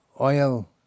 oil